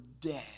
dead